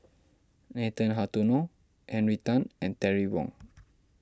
Nathan Hartono Henry Tan and Terry Wong